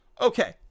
Okay